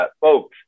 Folks